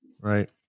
right